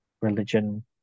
religion